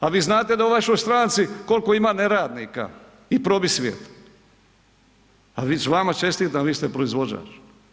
Pa vi znate da u vašoj stranci kolko ima neradnika i probisvijeta, a vama čestitam, vi ste proizvođač.